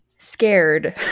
scared